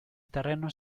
terrenos